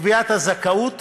בקביעת הזכאות